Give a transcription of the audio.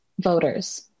voters